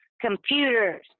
computers